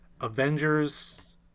Avengers